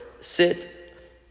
Sit